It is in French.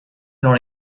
dans